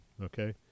okay